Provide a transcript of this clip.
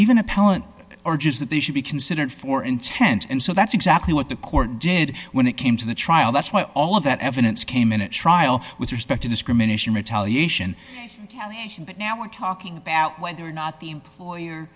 even appellant urges that they should be considered for intent and so that's exactly what the court did when it came to the trial that's where all of that evidence came in a trial with respect to discrimination retaliation but now we're talking about whether or not the employer